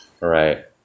Right